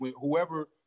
whoever